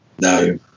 no